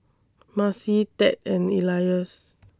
Marci Ted and Elias